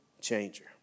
changer